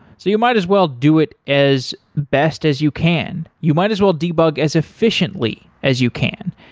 so you might as well do it as best as you can. you might as well debug as efficiently as you can,